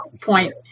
point